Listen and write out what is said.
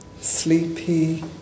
sleepy